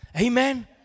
Amen